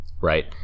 Right